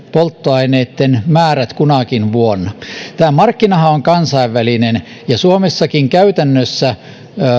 polttoaineitten määrät kunakin vuonna tämä markkinahan on kansainvälinen ja suomessakin käytännössä